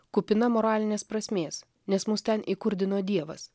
kupina moralinės prasmės nes mus ten įkurdino dievas